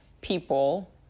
people